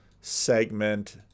segment